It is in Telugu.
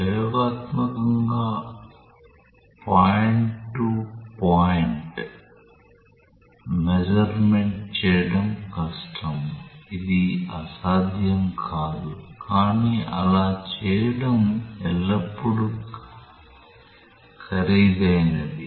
ప్రయోగాత్మకంగా పాయింట్ టు పాయింట్ మెసఁర్మెంట్ చేయడం కష్టం ఇది అసాధ్యం కాదు కానీ అలా చేయడం ఎల్లప్పుడూ ఖరీదైనది